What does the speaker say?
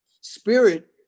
Spirit